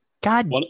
God